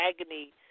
agony